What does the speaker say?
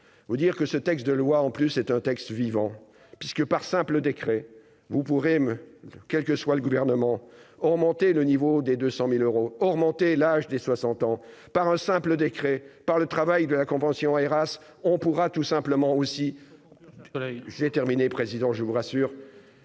vous dire que ce texte de loi, en plus c'est un texte vivant puisque par simple décret, vous pourrez me quel que soit le gouvernement, augmenter le niveau des 200000 euros, augmenter l'âge des 60 ans par un simple décret par le travail de la convention Area on pourra tout simplement aussi, j'ai terminé président je vous rassure.